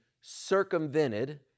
circumvented